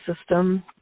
system